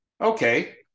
okay